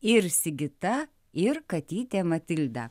ir sigita ir katytė matilda